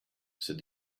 said